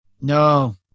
no